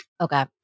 Okay